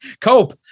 Cope